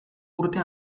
urte